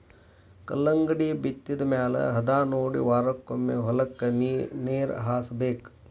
ಕಲ್ಲಂಗಡಿ ಬಿತ್ತಿದ ಮ್ಯಾಲ ಹದಾನೊಡಿ ವಾರಕ್ಕೊಮ್ಮೆ ಹೊಲಕ್ಕೆ ನೇರ ಹಾಸಬೇಕ